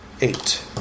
eight